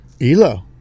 Elo